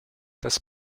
das